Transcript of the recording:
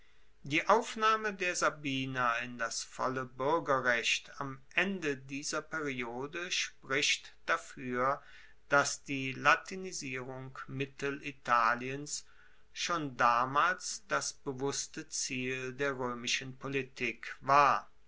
die aufnahme der sabiner in das volle buergerrecht am ende dieser periode spricht dafuer dass die latinisierung mittelitaliens schon damals das bewusste ziel der roemischen politik war